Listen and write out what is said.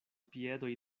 piedoj